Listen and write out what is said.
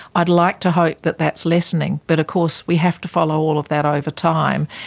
i'd like to hope that that's lessening, but of course we have to follow all of that over time,